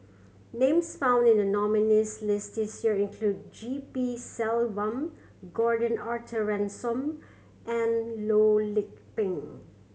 names found in the nominees' list this year include G P Selvam Gordon Arthur Ransome and Loh Lik Peng